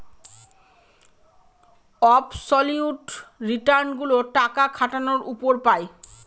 absolute return গুলো টাকা খাটানোর উপর পাই